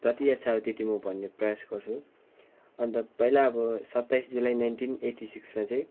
जति याद छ अब त्यति म भन्ने प्रयास गर्छु अन्त पहिला अब सत्ताइस जुलाई नाइनटिन एट्टी सिक्समा चाहिँ